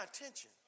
attention